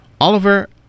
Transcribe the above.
Oliver